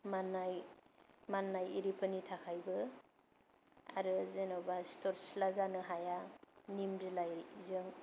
माननाय माननाय एरिफोरनि थाखायबो आरो जेन'बा सिथर सिला जानो हाया निम बिलाइजों